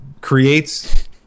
creates